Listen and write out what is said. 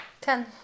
Ten